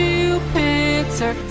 Jupiter